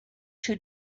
two